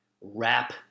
wrap